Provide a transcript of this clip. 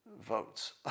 votes